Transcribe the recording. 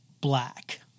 black